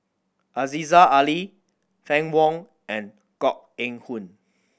Aziza Ali Fann Wong and Koh Eng Hoon